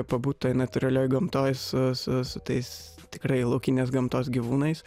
pabūt toj natūralioj gamtoj su su su tais tikrai laukinės gamtos gyvūnais